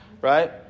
right